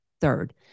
Third